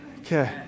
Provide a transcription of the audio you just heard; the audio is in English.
Okay